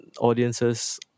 audiences